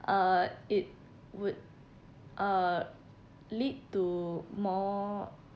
uh it would uh lead to more